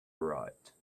right